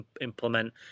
implement